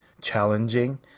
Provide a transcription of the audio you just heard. challenging